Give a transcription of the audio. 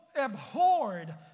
abhorred